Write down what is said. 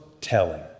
telling